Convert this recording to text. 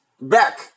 back